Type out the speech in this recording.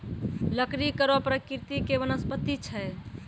लकड़ी कड़ो प्रकृति के वनस्पति छै